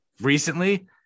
recently